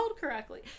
correctly